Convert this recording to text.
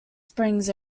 springs